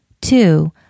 Two